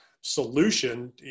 solution